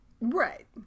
right